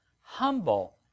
humble